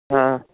ਹਾਂ